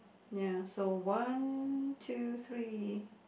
ya so one two three